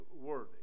worthy